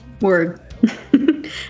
word